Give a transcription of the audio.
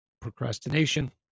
procrastination